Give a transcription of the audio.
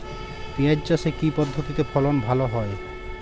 পিঁয়াজ চাষে কি পদ্ধতিতে ফলন ভালো হয়?